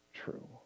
true